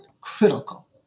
critical